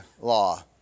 law